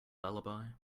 lullaby